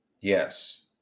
Yes